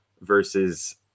versus –